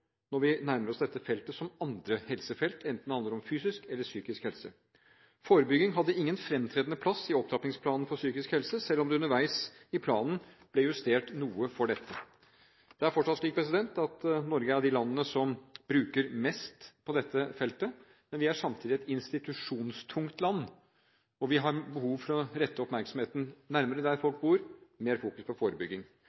når vi nærmer oss dette feltet, som andre helsefelt, enten det handler om fysisk eller psykisk helse. Forebygging hadde ingen fremtredende plass i Opptrappingsplanen for psykisk helse, selv om det underveis i planen ble justert noe for dette. Det er fortsatt slik at Norge er blant de landene som bruker mest på dette feltet, men vi er samtidig et institusjonstungt land, og vi har behov for å rette oppmerksomheten nærmere mot folk der